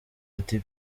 ati